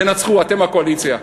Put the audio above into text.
תנצחו, אתם הקואליציה.